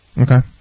Okay